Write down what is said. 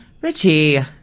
richie